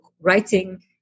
writing